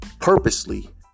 purposely